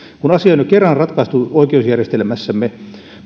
kun asia on jo kerran ratkaistu oikeusjärjestelmässämme